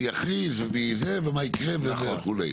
מי יכריז ומי זה, ומה יקרה וכולה.